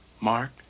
Mark